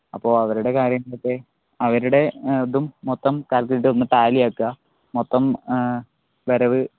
അപ്പോൾ അവരുടെ കാര്യങ്ങൾ ഒക്കെ അവരുടെ ആ ഇതും മൊത്തം കാൽക്കുലേറ്ററിൽ ഒന്ന് ടാലീ ആക്കുക മൊത്തം വരവ്